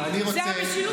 זו המשילות שלכם.